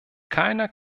keiner